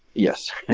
yes.